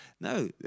No